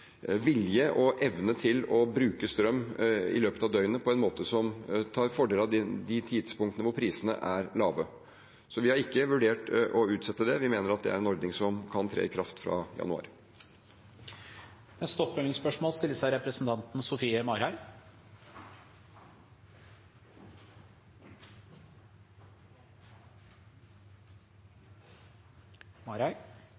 vilje og evne til å bruke strøm i løpet av døgnet på en måte som tar fordel av de tidspunktene hvor prisene er lave. Vi har ikke vurdert å utsette det. Vi mener at det er en ordning som kan tre i kraft fra januar. Sofie Marhaug – til oppfølgingsspørsmål.